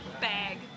bag